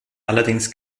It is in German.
allerdings